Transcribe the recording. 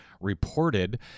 reported